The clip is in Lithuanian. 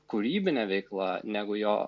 kūrybinė veikla negu jo